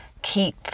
keep